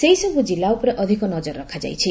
ସେହିସବୁ କିଲ୍ଲା ଉପରେ ଅଧିକ ନଜର ରଖାଯାଇଛି